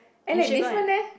eh like different leh